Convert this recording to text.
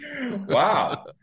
Wow